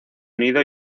unido